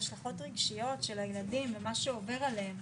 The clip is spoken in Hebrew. ההשלכות הרגשיות על הילדים ומה שעובר עליהם.